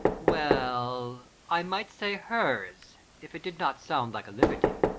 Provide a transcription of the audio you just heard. well i might say hers, if it did not sound like a liberty.